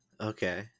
okay